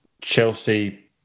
Chelsea